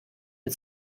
mit